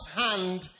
hand